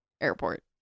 Airport